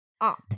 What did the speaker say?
up